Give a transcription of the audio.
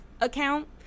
account